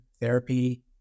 therapy